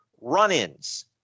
run-ins